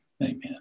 amen